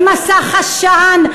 הם מסך עשן.